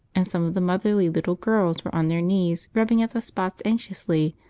and some of the motherly little girls were on their knees rubbing at the spots anxiously,